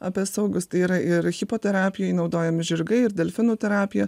apie saugius tai yra ir hipoterapijoj naudojami žirgai ir delfinų terapija